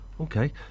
Okay